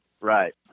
Right